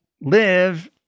live